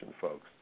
folks